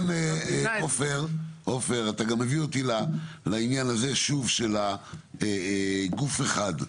ולכן, עופר, אתה מביא אותו שוב לעניין של גוף אחד.